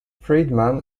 friedman